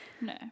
No